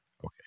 Okay